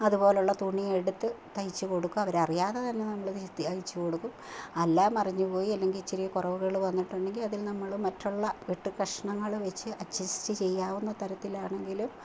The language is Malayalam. അതുപോലെയുള്ള തുണി എടുത്തു തയ്ച്ചു കൊടുക്കും അവരറിയാതെ തന്നെ നമ്മൾ തയ്ച്ചു കൊടുക്കും അല്ല മറിഞ്ഞു പോയി അല്ലെങ്കില് ഇച്ചിരി കുറവുകൾ വന്നിട്ടുണ്ടെങ്കില് അതു നമ്മൾ മറ്റുള്ള വെട്ടു കഷ്ണങ്ങൾ വെച്ച് അഡ്ജസ്റ്റ് ചെയ്യാവുന്ന തരത്തിലാണെങ്കിലും